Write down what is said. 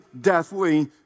deathly